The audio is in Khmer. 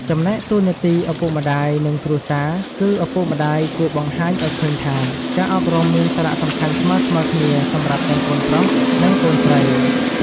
ចំណែកតួនាទីឪពុកម្តាយ និងគ្រួសារគឺ ឪពុកម្តាយគួរបង្ហាញឱ្យឃើញថា ការអប់រំមានសារៈសំខាន់ស្មើៗគ្នាសម្រាប់ទាំងកូនប្រុស និងកូនស្រី។